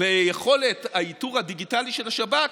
ביכולת האיתור הדיגיטלי של השב"כ,